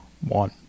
one